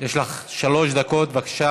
יש לך שלוש דקות, בבקשה,